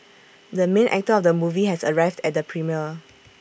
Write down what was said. the main actor of the movie has arrived at the premiere